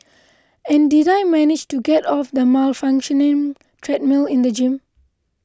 and did I manage to get off the malfunctioning treadmill in the gym